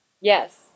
Yes